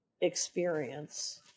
experience